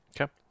Okay